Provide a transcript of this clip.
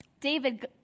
David